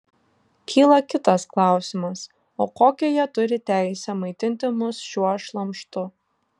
kyla kitas klausimas o kokią jie turi teisę maitinti mus šiuo šlamštu